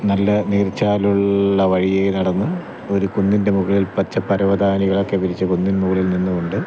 നല്ല നീർച്ചാലുള്ള വഴിയേ നടന്ന് ഒരു കുന്നിൻ്റെ മുകളിൽ പച്ച പരവതാനികളൊക്കെ വിരിച്ച കുന്നിൻ മുകളിൽ നിന്നുകൊണ്ട്